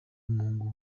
n’umuhungu